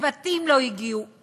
צוותים לא הגיעו,